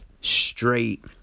Straight